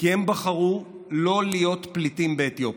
כי הם בחרו לא להיות פליטים באתיופיה.